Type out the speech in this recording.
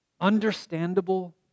understandable